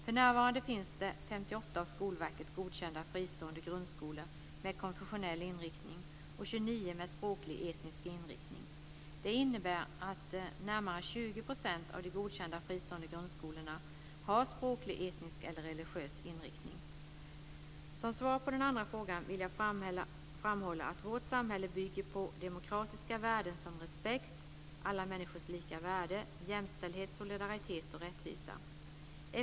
För närvarande finns det 58 av Skolverket godkända fristående grundskolor med konfessionell inriktning och 29 med språklig/etnisk inriktning. Det innebär att närmare 20 % av de godkända fristående grundskolorna har språklig, etnisk eller religiös inriktning. Som svar på den andra frågan vill jag framhålla att vårt samhälle bygger på demokratiska värden som respekt, alla människors lika värde, jämställdhet, solidaritet och rättvisa.